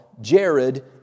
Jared